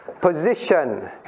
Position